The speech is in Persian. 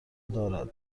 دارد